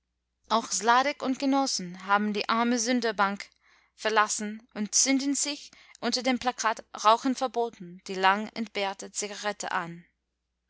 auch sladek und genossen haben die armesünderbank verlassen und zünden sich unter dem plakat rauchen verboten die lang entbehrte zigarette an